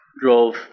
drove